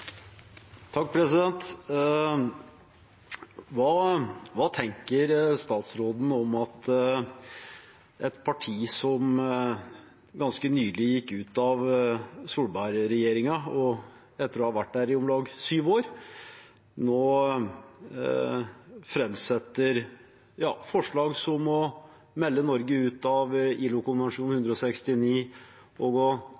parti som ganske nylig gikk ut av Solberg-regjeringen etter å ha vært der i om lag syv år, nå framsetter forslag som å melde Norge ut av